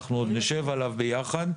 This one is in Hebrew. אנחנו עוד נשב עליו ביחד.